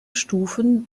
stufen